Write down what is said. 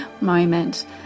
moment